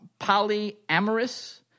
polyamorous